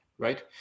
right